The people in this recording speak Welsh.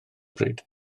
bryd